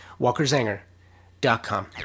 WalkerZanger.com